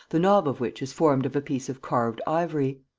the knob of which is formed of a piece of carved ivory.